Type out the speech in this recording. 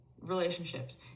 relationships